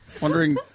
wondering